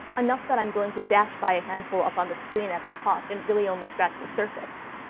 enough that i'm going to dash by a handful up on the screen as i talk and really only scratch the surface.